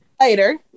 later